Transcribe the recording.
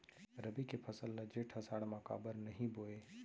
रबि के फसल ल जेठ आषाढ़ म काबर नही बोए?